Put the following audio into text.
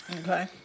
okay